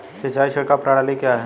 सिंचाई छिड़काव प्रणाली क्या है?